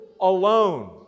alone